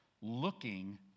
looking